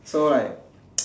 so like